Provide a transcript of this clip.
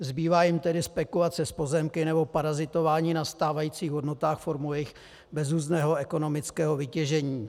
Zbývá jim tedy spekulace s pozemky nebo parazitování na stávajících hodnotách bezuzdného ekonomického vytěžení.